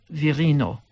virino